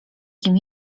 kim